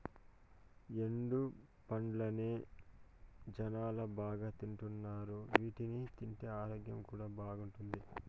ఎండు పండ్లనే జనాలు బాగా తింటున్నారు వీటిని తింటే ఆరోగ్యం కూడా బాగుంటాది